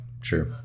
Sure